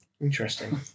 Interesting